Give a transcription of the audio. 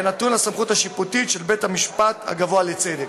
נתון לסמכות השיפוטית של בית-המשפט הגבוה לצדק.